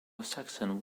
saxon